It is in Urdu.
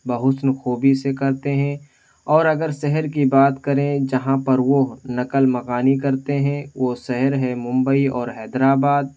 بحسن خوبی سے کرتے ہیں اور اگر شہر کی بات کریں جہاں پر وہ نقل مکانی کرتے ہیں وہ شہر ہے ممبئی اور حیدرآباد